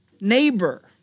neighbor